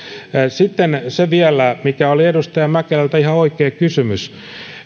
sitten vielä se mikä oli edustaja mäkelältä ihan oikea kysymys